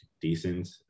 decent